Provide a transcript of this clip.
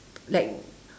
like